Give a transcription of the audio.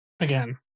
Again